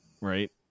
right